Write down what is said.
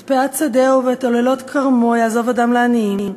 את פאת שדהו ואת עוללות כרמו יעזוב אדם לעניים.